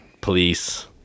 police